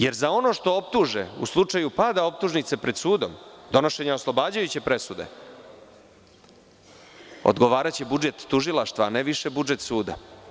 Jer, za ono što optuže, u slučaju pada optužnice pred sudom, donošenja oslobađajuće presude, odgovaraće budžet tužilaštva a ne više budžet suda.